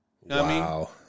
Wow